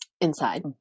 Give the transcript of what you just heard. inside